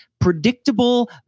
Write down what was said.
predictable